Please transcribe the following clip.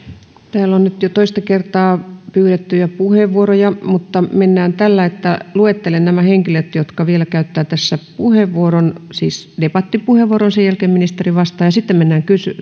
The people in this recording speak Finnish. täällä on nyt jo toista kertaa pyydettyjä puheenvuoroja mutta mennään tällä että luettelen nämä henkilöt jotka vielä käyttävät tässä puheenvuoron siis debattipuheenvuoron sen jälkeen ministeri vastaa ja sitten mennään